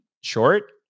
short